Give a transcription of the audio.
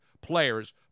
players